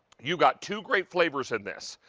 you got two great flavors in this.